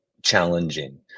challenging